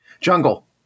Jungle